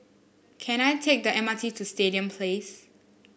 can I take the M R T to Stadium Place